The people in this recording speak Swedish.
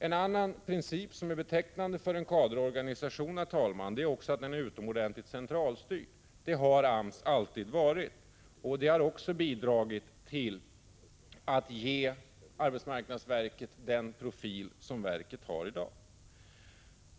En annan princip, herr talman, som är betecknande för en kaderorganisation, är att den är utomordentligt centralstyrd. Det har AMS alltid varit. Också det har bidragit till att ge arbetsmarknadsverket den profil som verket har i dag.